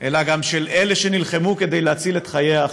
אלא גם של אלה שנלחמו כדי להציל את חיי האחרים.